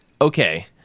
Okay